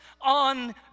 on